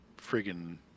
friggin